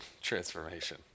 transformation